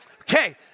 Okay